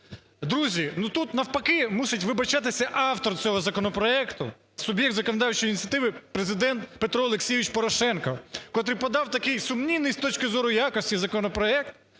Друзі, ну, тут навпаки мусить вибачатися автор цього законопроекту, суб'єкт законодавчої ініціативи: Президент Петро Олексійович Порошенко, котрий подав такий сумнівний, з точки зору, якості законопроект,